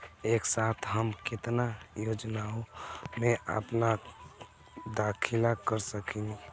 एक साथ हम केतना योजनाओ में अपना दाखिला कर सकेनी?